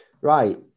right